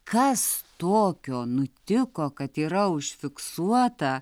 kas tokio nutiko kad yra užfiksuota